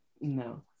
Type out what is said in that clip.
No